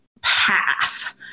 path